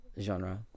genre